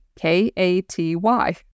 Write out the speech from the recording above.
K-A-T-Y